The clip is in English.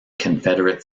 confederate